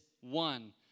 one